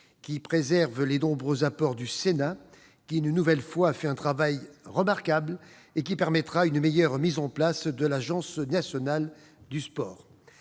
qui préserve les nombreux apports du Sénat, lequel a une nouvelle fois fait un travail remarquable, et qui permettra une meilleure mise en place de l'Agence nationale du sport.